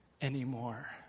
anymore